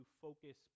focus